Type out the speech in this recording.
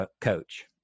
coach